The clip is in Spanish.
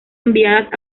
enviadas